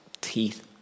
teeth